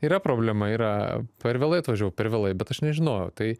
yra problema yra per vėlai atvažiavau per vėlai bet aš nežinojau tai